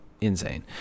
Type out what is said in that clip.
insane